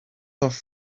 off